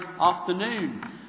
afternoon